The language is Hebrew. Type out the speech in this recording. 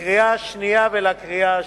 לקריאה שנייה ולקריאה שלישית.